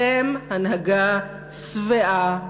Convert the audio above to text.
אתם הנהגה שבעה,